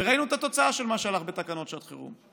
וראינו את התוצאה של מה שהלך בתקנות לשעת חירום,